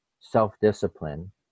self-discipline